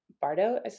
bardo